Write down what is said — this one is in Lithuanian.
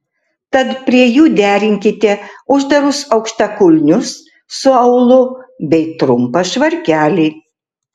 tad prie jų derinkite uždarus aukštakulnius su aulu bei trumpą švarkelį